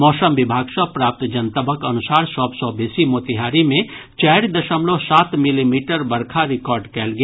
मौसम विभाग सॅ प्राप्त जनतबक अनुसार सभ सॅ बेसी मोतिहारी मे चारि दशमलव सात मिलीमीटर बरखा रिकॉर्ड कयल गेल